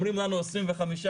אומרים לנו שזה קצת פחות